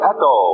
Echo